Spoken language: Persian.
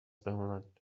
بمانند